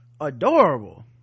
adorable